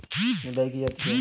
निदाई की जाती है?